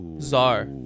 Czar